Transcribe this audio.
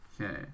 Okay